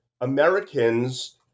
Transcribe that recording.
Americans